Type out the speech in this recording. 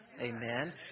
Amen